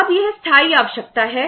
अब यह स्थायी आवश्यकता है